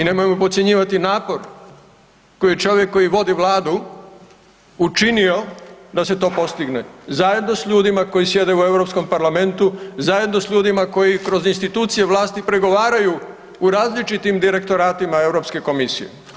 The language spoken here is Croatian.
I nemojmo podcjenjivati napor koji čovjek koji vodi Vladu učinio da se to postigne, zajedno s ljudima koji sjede u Europskom parlamentu, zajedno s ljudima koji kroz institucije vlasti pregovaraju u različitim direktoratima Europske komisije.